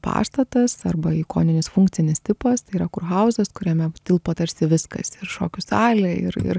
pastatas arba ikoninis funkcinis tipas tai yra kurhauzas kuriame tilpo tarsi viskas ir šokių salė ir ir